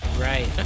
Right